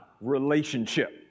relationship